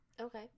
Okay